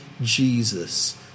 Jesus